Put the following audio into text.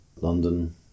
London